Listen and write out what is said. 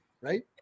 right